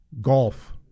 Golf